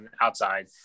outside